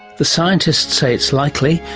the scientists say it's likely,